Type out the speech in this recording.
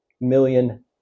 million